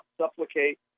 supplicate